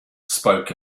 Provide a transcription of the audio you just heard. spoke